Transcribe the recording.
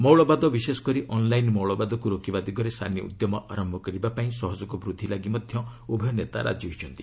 ମୌଳବାଦ ବିଶେଷକରି ଅନ୍ଲାଇନ୍ ମୌଳବାଦକୁ ରୋକିବା ଦିଗରେ ସାନି ଉଦ୍ୟମ ଆରମ୍ଭ କରିବାପାଇଁ ସହଯୋଗ ବୃଦ୍ଧି ଲାଗି ମଧ୍ୟ ଉଭୟ ନେତା ରାଜି ହୋଇଛନ୍ତି